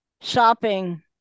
shopping